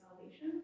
salvation